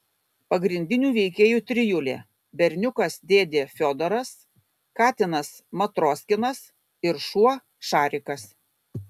pagrindinių veikėjų trijulė berniukas dėdė fiodoras katinas matroskinas ir šuo šarikas